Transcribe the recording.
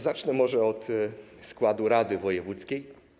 Zacznę może od składu rady wojewódzkiej.